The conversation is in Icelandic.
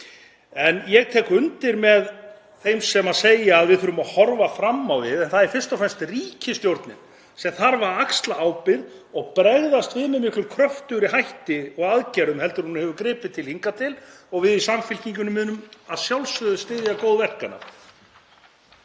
Ég tek undir með þeim sem segja að við þurfum að horfa fram á við en það er fyrst og fremst ríkisstjórnin sem þarf að axla ábyrgð og bregðast við með miklu kröftugri hætti og aðgerðum heldur en hún hefur gripið til hingað til og við í Samfylkingunni munum að sjálfsögðu styðja góð verk